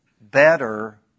better